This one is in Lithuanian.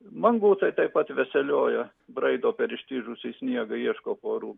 mangutai taip pat veselioja braido per ištižusį sniegą ieško porų